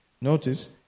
Notice